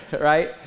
Right